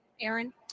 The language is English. Aaron